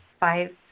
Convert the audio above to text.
five